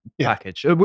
package